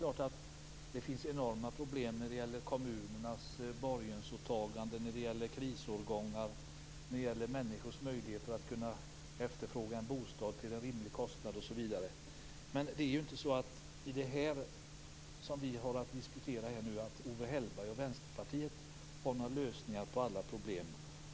Det finns självfallet enorma problem med kommunernas borgensåtaganden, krisårgångar, människors möjligheter att efterfråga en bostad till en rimlig kostnad osv. Men det är inte så att Owe Hellberg och Vänsterpartiet har några lösningar på alla problem i det som vi diskuterar nu.